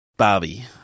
barbie